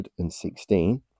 116